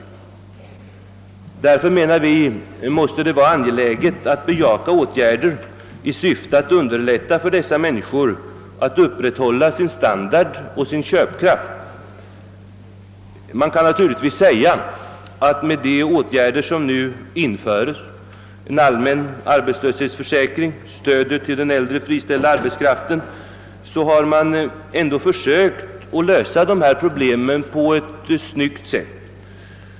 Därför menar vi att det måste vara angeläget att bejaka åtgärder i syfte att underlätta för dessa människor att upprätthålla sin standard och köpkraft. Man kan naturligtvis säga att med de åtgärder som nu införes — en allmän arbetslöshetsförsäkring och stödet till den äldre friställda arbetskraften — så har man ändock försökt lösa dessa problem på ett snyggt sätt.